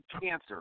cancer